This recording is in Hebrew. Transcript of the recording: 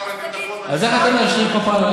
תיתנו לי את תיק שר הביטחון,